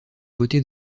beauté